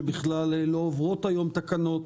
שבכלל לא מוסדרות בתקנות.